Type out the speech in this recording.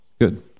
Good